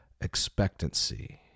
expectancy